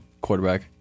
quarterback